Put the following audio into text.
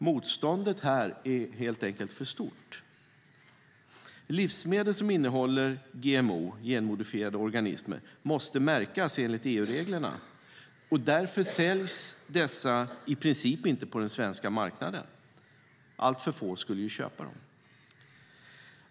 Motståndet här är helt enkelt för stort. Livsmedel som innehåller GMO måste enligt EU-reglerna märkas. Därför säljs dessa i princip inte på den svenska marknaden - alltför få skulle köpa dem.